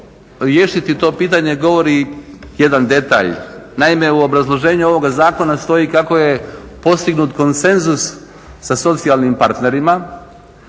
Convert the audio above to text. riješiti to pitanje govori jedan detalj. Naime, u obrazloženju ovoga zakona stoji kako je postignut konsenzus sa socijalnim partnerima,